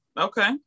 Okay